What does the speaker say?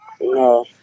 No